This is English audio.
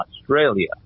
Australia